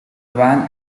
van